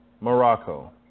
Morocco